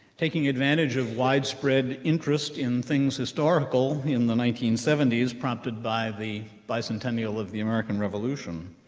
taking advantage of widespread interest in things historical in the nineteen seventy s, prompted by the bicentennial of the american revolution,